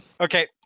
Okay